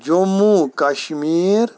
Jammu Kashmir